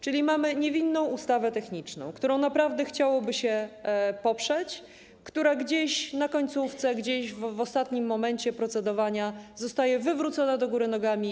Czyli mamy niewinną ustawę techniczną, którą naprawdę chciałoby się poprzeć, która gdzieś w końcówce, gdzieś w ostatnim momencie procedowania zostaje wywrócona do góry nogami.